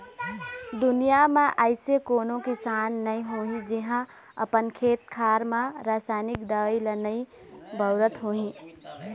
दुनिया म अइसे कोनो किसान नइ होही जेहा अपन खेत खार म रसाइनिक दवई ल नइ बउरत होही